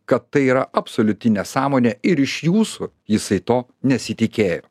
kad tai yra absoliuti nesąmonė ir iš jūsų jisai to nesitikėjo